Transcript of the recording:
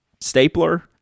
Stapler